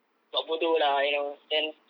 buat bodoh lah you know then